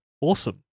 awesome